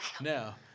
Now